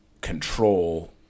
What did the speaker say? control